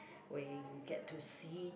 where you get to see